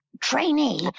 trainee